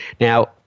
Now